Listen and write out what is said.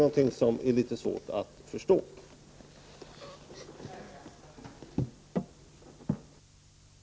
1988/89:129